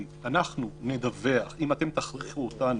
אם תכריחו אותנו,